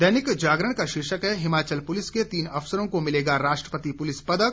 दैनिक जागरण का शीर्षक है हिमाचल पुलिस के तीन अफसरों को मिलेगा राष्ट्रपति पुलिस पदक